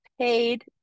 Paid